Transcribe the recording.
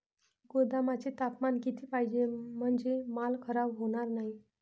गोदामाचे तापमान किती पाहिजे? म्हणजे माल खराब होणार नाही?